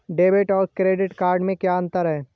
Debit और credit में क्या अंतर है?